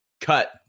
cut